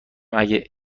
اگه